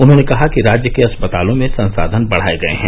उन्होंने कहा कि राज्य के अस्पतालों में संसाधन बढ़ाये गये हैं